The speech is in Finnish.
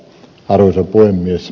arvoisa puhemies